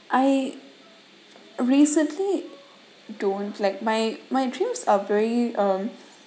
I recently don't like my my dreams are very um